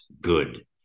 good